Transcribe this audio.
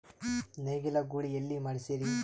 ನೇಗಿಲ ಗೂಳಿ ಎಲ್ಲಿ ಮಾಡಸೀರಿ?